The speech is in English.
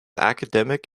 academic